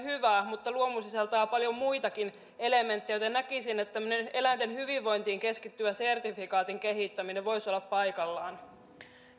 hyvä mutta luomu sisältää paljon muitakin elementtejä joten näkisin että tämmöinen eläinten hyvinvointiin keskittyvän sertifikaatin kehittäminen voisi olla paikallaan